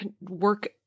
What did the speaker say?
work